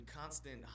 constant